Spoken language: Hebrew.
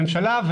הממשלה,